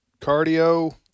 cardio